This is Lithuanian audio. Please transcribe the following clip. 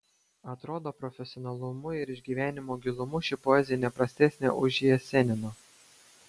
atrodo profesionalumu ir išgyvenimo gilumu ši poezija ne prastesnė už jesenino